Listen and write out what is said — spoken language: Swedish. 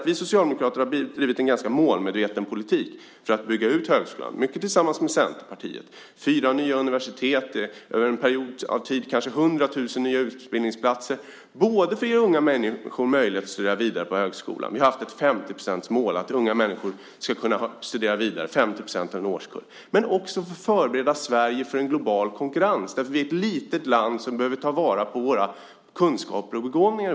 Vi socialdemokrater har bedrivit en ganska målmedveten politik för att bygga ut högskolan, mycket tillsammans med Centerpartiet, med fyra nya universitet och med kanske 100 000 nya utbildningsplatser över en period för att ge unga människor möjlighet att studera på högskolan. Vi har haft ett 50-procentsmål, att 50 % av en årskull unga människor ska kunna studera vidare. Vi vill också förbereda Sverige för en global konkurrens. Vi är ett litet land och vi behöver ta vara på våra kunskaper och begåvningar.